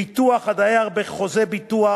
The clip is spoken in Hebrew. ביטוח הדייר בחוזה ביטוח,